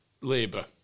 Labour